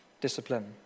discipline